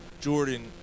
Jordan